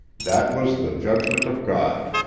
that was the judgment of god.